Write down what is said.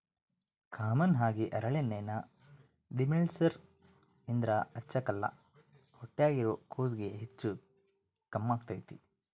common ಆಗಿ ಹರಳೆಣ್ಣೆನ ದಿಮೆಂಳ್ಸೇರ್ ಇದ್ರ ಹಚ್ಚಕ್ಕಲ್ಲ ಹೊಟ್ಯಾಗಿರೋ ಕೂಸ್ಗೆ ಹೆಚ್ಚು ಕಮ್ಮೆಗ್ತತೆ